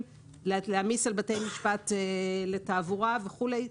וכך להעמיס על בתי משפט לתעבורה וכולי.